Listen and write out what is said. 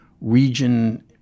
region